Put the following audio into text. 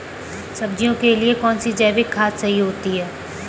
सब्जियों के लिए कौन सी जैविक खाद सही होती है?